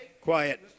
quiet